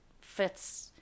fits